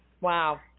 Wow